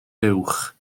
fuwch